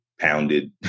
pounded